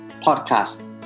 podcast